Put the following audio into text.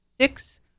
six